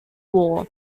war